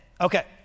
Okay